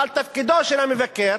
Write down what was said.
אבל תפקידו של מבקר